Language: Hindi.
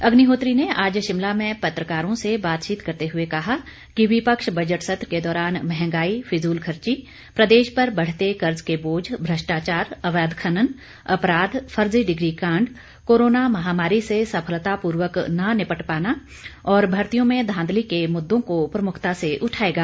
अग्निहोत्री ने आज शिमला में पत्रकारों से बातचीत करते हुए कहा कि विपक्ष बजट सत्र के दौरान महंगाई फिजूल खर्ची प्रदेश पर बढते कर्ज के बोझ भ्रष्टाचार अवैध खनन अपराध फर्जी डिग्री कांड कोरोना महामारी से सफलता पूर्वक न निपट पाना और भर्तियों में धांधली के मुद्दों को प्रमुखता से उठाएगा